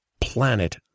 planet